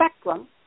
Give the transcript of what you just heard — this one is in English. spectrum